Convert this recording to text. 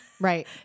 Right